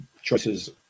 choices